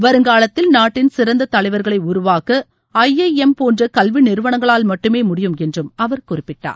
வருங்காலத்தில் நாட்டின் சிறந்த தலைவர்களை உருவாக்க ஐஐஎம் போன்ற கல்வி நிறுவனங்களால் மட்டுமே முடியும் என்றும் அவர் குறிப்பிட்டார்